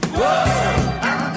Whoa